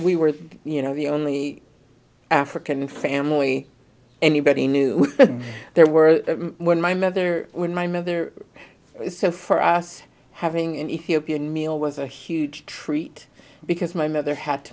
we were you know the only african family anybody knew there were when my mother when my mother so for us having an ethiopian meal was a huge treat because my mother had to